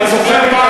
אתה זוכר?